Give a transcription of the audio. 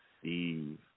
Steve